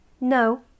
No